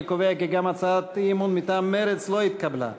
אני קובע כי גם הצעת האי-אמון מטעם מרצ לא התקבלה.